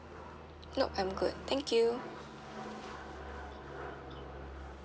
nope I'm good thank you